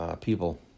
people